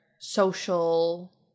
social